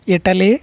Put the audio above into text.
Italy